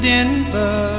Denver